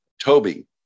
Toby